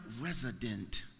resident